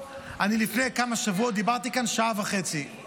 לפני כמה שבועות דיברתי כאן שעה וחצי.